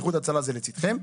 ואיחוד הצלה זה לצידכם.